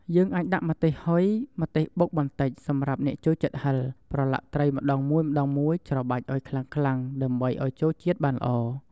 យើងអាចដាក់ម្ទេសហុយ ម្ទេសបុកបន្តិចសម្រាប់អ្នកចូលចិត្តហឹរ ប្រឡាក់ត្រីម្ដងមួយៗច្របាច់ឱ្យខ្លាំងៗដើម្បីឱ្យចូលជាតិបានល្អ។